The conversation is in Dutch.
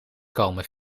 komen